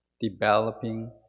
developing